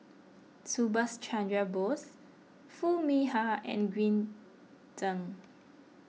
Subhas Chandra Bose Foo Mee Har and Green Zeng